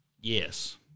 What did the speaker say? Yes